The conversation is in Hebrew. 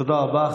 תודה רבה.